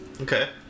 Okay